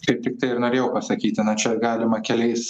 kaip tik tai ir norėjau pasakyti na čia galima keliais